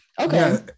Okay